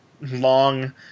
long